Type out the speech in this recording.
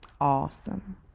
awesome